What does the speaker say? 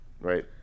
Right